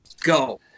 Go